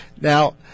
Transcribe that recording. Now